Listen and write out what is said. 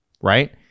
Right